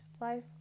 life